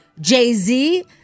Jay-Z